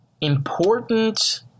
important